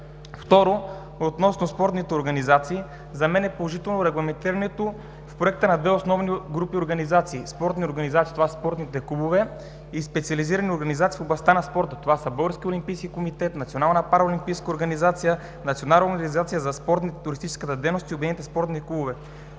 Второ, относно спортните организации, за мен е положително регламентирането в Проекта на две основни групи спортни организации. Това са спортните клубове и специализирани организации в областта на спорта: Българският олимпийски комитет, Националната параолимпийска организация, Националната организация за спортната и туристическата дейност и обединените спортни клубове.